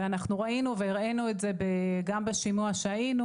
אנחנו ראינו והראינו את זה גם בשימוע שהיינו